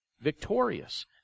victorious